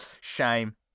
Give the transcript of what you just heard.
Shame